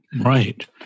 Right